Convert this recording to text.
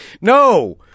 No